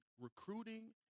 recruiting